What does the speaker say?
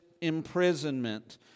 imprisonment